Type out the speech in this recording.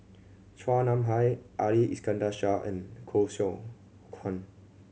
Chua Nam Hai Ali Iskandar Shah and Koh Seow Chuan